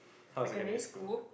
how is secondary school